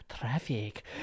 Traffic